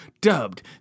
dubbed